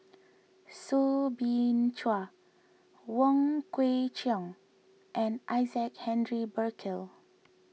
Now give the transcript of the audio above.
Soo Bin Chua Wong Kwei Cheong and Isaac Henry Burkill